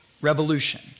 revolution